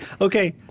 okay